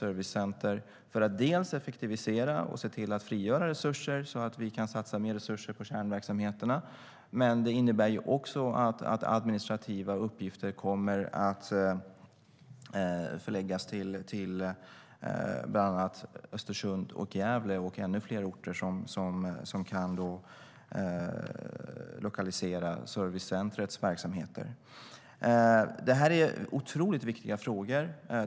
Dels handlar det om att effektivisera och se till att frigöra resurser, så att vi kan satsa mer resurser på kärnverksamheterna, dels kommer administrativa uppgifter att förläggas till Östersund, Gävle och andra orter som kan lokalisera servicecentrets verksamheter. Det är otroligt viktiga frågor.